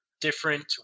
different